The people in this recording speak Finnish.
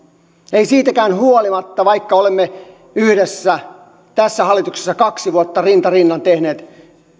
ei siitäkään huolimatta vaikka olemme yhdessä tässä hallituksessa kaksi vuotta rinta rinnan tehneet